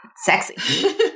sexy